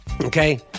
okay